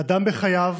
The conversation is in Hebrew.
"אדם בחייו